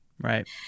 Right